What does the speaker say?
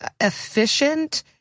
efficient